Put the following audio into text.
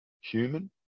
human